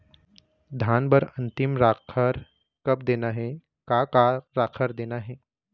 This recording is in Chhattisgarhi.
धान बर अन्तिम राखर कब देना हे, का का राखर देना हे?